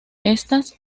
estas